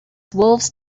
wolves